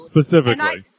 Specifically